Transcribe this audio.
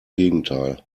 gegenteil